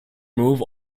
move